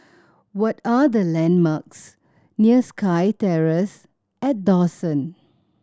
what are the landmarks near SkyTerrace at Dawson